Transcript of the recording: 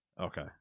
Okay